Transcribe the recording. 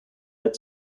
had